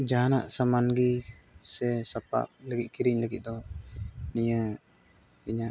ᱡᱟᱦᱟᱱᱟᱜ ᱥᱟᱢᱟᱱ ᱜᱮ ᱥᱮ ᱥᱟᱯᱟᱯ ᱞᱟᱹᱜᱤᱫ ᱠᱤᱨᱤᱧ ᱞᱟᱹᱜᱤᱫ ᱫᱚ ᱱᱤᱭᱟᱹ ᱤᱧᱟᱹᱜ